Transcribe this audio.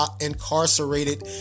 incarcerated